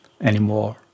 anymore